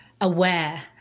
aware